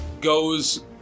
goes